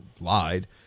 lied